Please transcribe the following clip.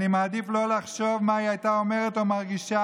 אני מעדיף לא לחשוב מה היא הייתה אומרת ומרגישה